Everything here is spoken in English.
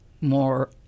more